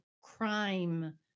crime